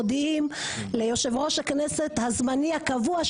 מודיעים ליושב-ראש הכנסת הזמני-הקבוע,